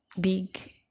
big